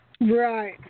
Right